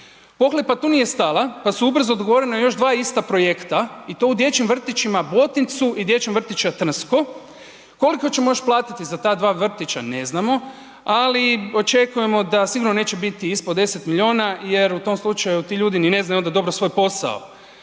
Pohlepa tu nije stala pa su ubrzo dogovorena još dva ista projekta i to u dječjim vrtićima Botincu i dječjem vrtiću Trnsko. Koliko ćemo još platiti za ta dva vrtića ne znamo ali očekujemo da sigurno neće biti ispod 10 milijuna jer u tom slučaju ti ljudi ni ne znaju onda dobro svoj posao.